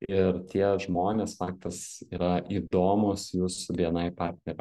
ir tie žmonės faktas yra įdomūs jūsų bni partneriam